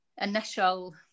initial